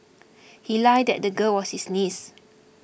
he lied that the girl was his niece